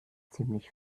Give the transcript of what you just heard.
ziemlich